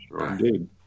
Indeed